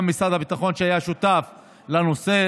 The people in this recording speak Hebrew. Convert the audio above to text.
גם משרד הביטחון היה שותף לנושא.